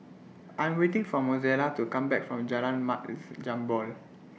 I'm waiting For Mozella to Come Back from Jalan Mat Jambol